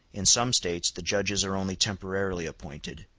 in some states the judges are only temporarily appointed,